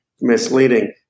misleading